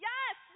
Yes